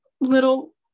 little